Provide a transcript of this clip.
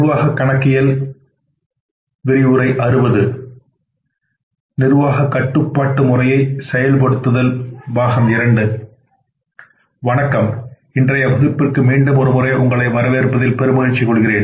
வணக்கம் இன்றைய வகுப்பிற்கு மீண்டும் ஒரு முறை உங்களை வரவேற்பதில் பெரு மகிழ்ச்சி கொள்கிறேன்